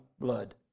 blood